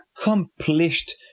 accomplished